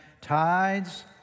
tides